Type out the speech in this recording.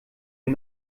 wir